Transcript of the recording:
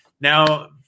now